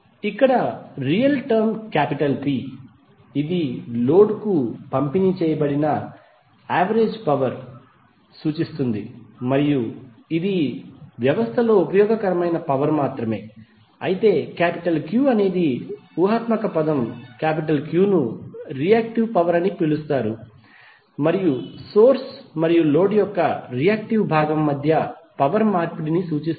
ఇక్కడ real term P ఇది లోడ్కు పంపిణీ చేయబడిన యావరేజ్ పవర్ ని సూచిస్తుంది మరియు ఇది వ్యవస్థలో ఉపయోగకరమైన పవర్ మాత్రమే అయితే Q అనేది ఊహాత్మక పదం Q ను రియాక్టివ్ పవర్ అని పిలుస్తారు మరియు సోర్స్ మరియు లోడ్ యొక్క రియాక్టివ్ భాగం మధ్య పవర్ మార్పిడిని సూచిస్తుంది